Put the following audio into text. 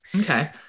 Okay